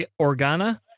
Organa